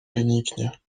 wyniknie